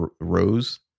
rose